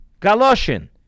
galoshin